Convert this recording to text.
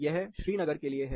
यह श्रीनगर के लिए है